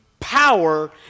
power